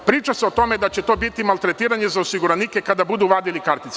Priča se o tome da će to biti maltretiranje za osiguranike kada budu vadili kartice.